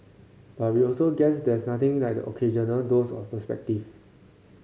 but we also guess there's nothing like the occasional dose of perspective